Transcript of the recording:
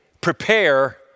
Prepare